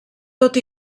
tot